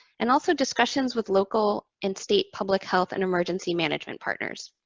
and also discussions with local and state public health and emergency management partners.